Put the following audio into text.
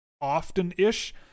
often-ish